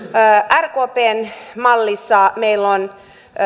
rkpn mallissa meillä on